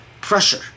pressure